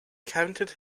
counted